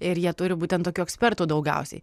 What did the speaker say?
ir jie turi būtent tokių ekspertų daugiausiai